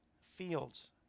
fields